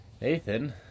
Nathan